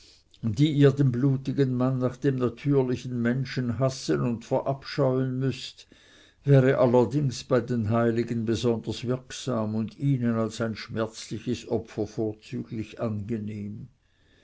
die ihr den blutigen mann nach dem natürlichen menschen hassen und verabscheuen müßt wäre allerdings bei den heiligen besonders wirksam und ihnen als ein schmerzliches opfer vorzüglich angenehm